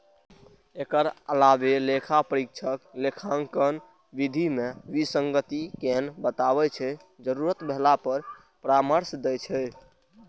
एकर अलावे लेखा परीक्षक लेखांकन विधि मे विसंगति कें बताबै छै, जरूरत भेला पर परामर्श दै छै